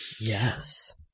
Yes